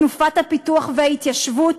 תנופת הפיתוח וההתיישבות,